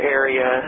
area